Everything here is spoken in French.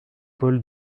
paul